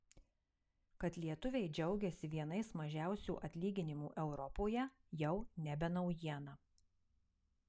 kad lietuviai džiaugiasi vienais mažiausių atlyginimų europoje jau nebe naujiena